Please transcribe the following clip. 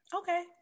okay